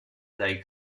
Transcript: dai